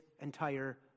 entire